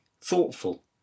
thoughtful